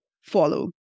follow